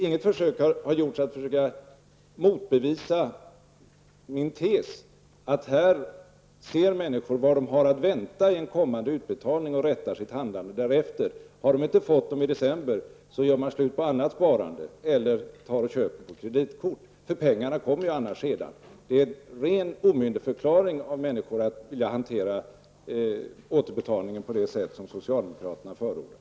Inget försök har gjorts att motbevisa min tes att människor ser vad de har att vänta i en kommande utbetalning och rättar sitt handlande därefter. Har man inte fått pengarna i december, gör man slut på annat sparande eller köper på kreditkort, för pengarna kommer ju sedan. Det är en ren omyndigförklaring av människor att hantera återbetalningen på det sätt som socialdemokraterna förordar.